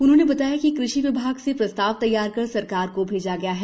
उन्होंने बताया कि कृषि विभाग से प्रस्ताव तैयार कर सरकार को भेजा गया है